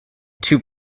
two